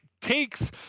takes